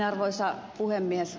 arvoisa puhemies